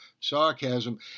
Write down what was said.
sarcasm